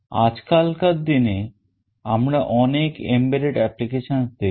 আজকালকার দিনে আমরা অনেক embedded applications দেখি